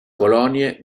colonie